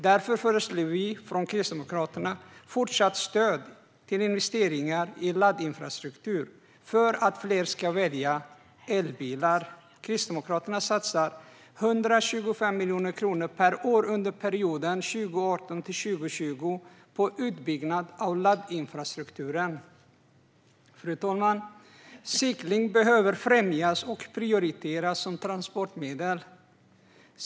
Därför föreslår vi från Kristdemokraterna fortsatt stöd till investeringar i laddinfrastruktur för att fler ska välja elbilar. Kristdemokraterna satsar 125 miljoner kronor per år under perioden 2018-2020 på utbyggnad av laddinfrastrukturen. Fru talman! Cykeln behöver främjas och prioriteras som transportmedel.